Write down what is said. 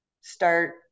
start